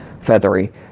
feathery